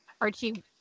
Archie